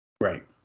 Right